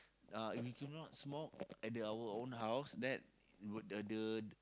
uh if you cannot smoke at the our own house that would the the